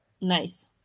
Nice